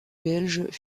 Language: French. belges